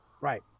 Right